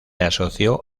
asoció